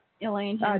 Elaine